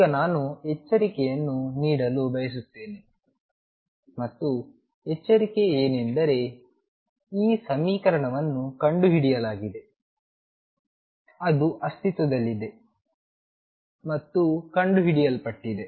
ಈಗ ನಾನು ಎಚ್ಚರಿಕೆಯನ್ನು ನೀಡಲು ಬಯಸುತ್ತೇನೆ ಮತ್ತು ಎಚ್ಚರಿಕೆ ಏನೆಂದರೆ ಈ ಸಮೀಕರಣವನ್ನು ಕಂಡುಹಿಡಿಯಲಾಗಿದೆ ಅದು ಅಸ್ತಿತ್ವದಲ್ಲಿದೆ ಮತ್ತು ಕಂಡುಹಿಡಿಯಲ್ಪಟ್ಟಿದೆ